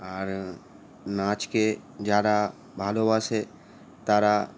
আর নাচকে যারা ভালোবাসে তারা